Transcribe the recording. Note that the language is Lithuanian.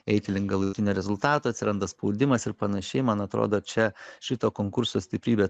eiti link galutinio rezultato atsiranda spaudimas ir panašiai man atrodo čia šito konkurso stiprybė